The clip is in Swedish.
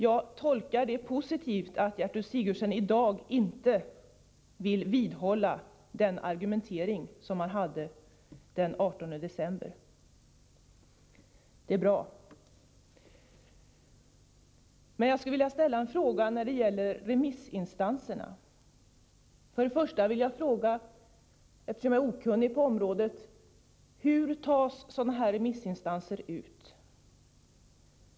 Jag finner det positivt att Gertrud Sigurdsen i dag inte vill vidhålla sin argumentering från den 18 december. Jag vill dock ställa några frågor om remissinstanserna. För det första vill jag, eftersom jag är okunnig på området, fråga: Hur väljer man ut remissinstanser?